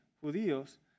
judíos